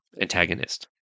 antagonist